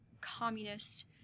communist